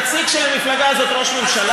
ונציג של המפלגה הזאת יהיה ראש ממשלה?